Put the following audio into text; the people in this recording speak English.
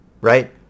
right